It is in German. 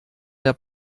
der